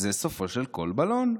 זה סופו של כל בלון.